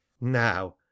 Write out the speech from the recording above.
now